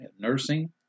nursing